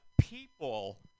people